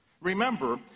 Remember